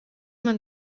man